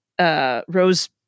Rose